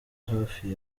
hafi